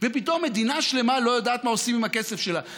פתאום מדינה שלמה לא יודעת מה עושים עם הכסף שלה.